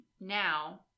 now